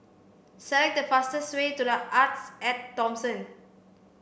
select the fastest way to The Artes at Thomson